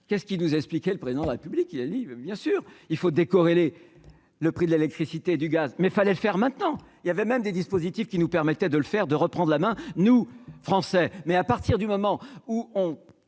qu'est ce qui nous a expliqué le président de la République, il a dit, bien sûr, il faut décorrélés le prix de l'électricité, du gaz, mais fallait le faire maintenant, il y avait même des dispositifs qui nous permettaient de le faire deux reprend la main, nous Français, mais à partir du moment où on